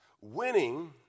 winning